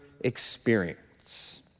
experience